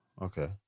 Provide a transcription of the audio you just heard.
Okay